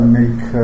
make